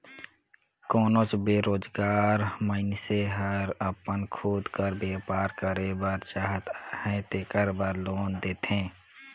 कोनोच बेरोजगार मइनसे हर अपन खुद कर बयपार करे बर चाहत अहे तेकर बर लोन देथे